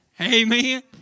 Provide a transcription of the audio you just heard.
Amen